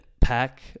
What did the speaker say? pack